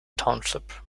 township